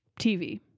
TV